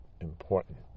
important